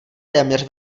téměř